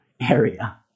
area